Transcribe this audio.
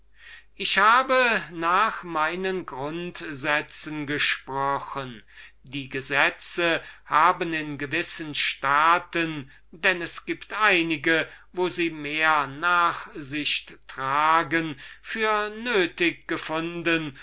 ich habe nach meinen grundsätzen gesprochen die gesetze haben in gewissen staaten denn es gibt einige wo sie mehr nachsicht haben nötig gefunden